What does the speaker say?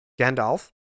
Gandalf